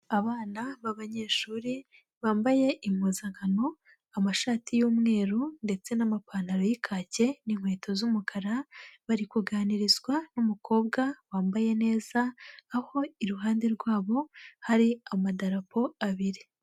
Abana b'abanyeshuri bambaye impuzankano amashati y'umweru ndetse n'amapantaro y'ikake n'inkweto z'umukara, bari kuganirizwa n'umukobwa wambaye neza, aho iruhande rwabo hari amadarapo abiri.